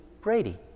Brady